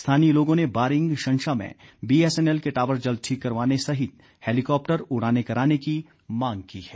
स्थानीय लोगों ने बारिंग शंशा में बीएसएनएल के टॉवर जल्द ठीक करवाने सहित हैलीकॉप्टर उड़ानें कराने की मांग की है